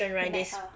you met her